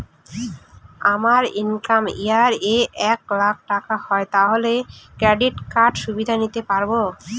আমার income year এ এক লাক টাকা হয় তাহলে ক্রেডিট কার্ড এর সুবিধা নিতে পারবো?